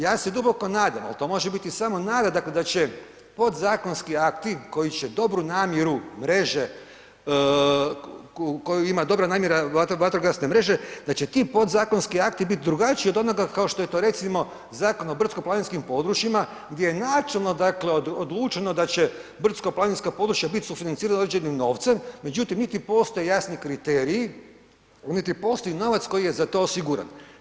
Ja se duboko nadam ali to može biti samo nagrada da će pozakonski akti koji će dobru namjeru mreže, koju ima dobra namjera vatrogasne mreže da će ti podzakonski akti biti drugačiji od onoga kao što je to recimo Zakon o brdsko-planinskim područjima gdje je načelno dakle odlučeno da će brdsko-planinska područja biti sufinancirana određenim novcem, međutim niti postoje jasni kriteriji, niti postoji novac koji je za to osiguran.